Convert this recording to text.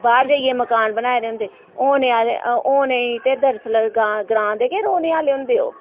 बाह्र जाइयै मकान बनाए दे होंदे होने आह्ले होने गी ते दरअसल ग्रां दे गै रौह्ने आह्ले होंदे ओह्